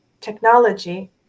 technology